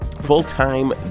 full-time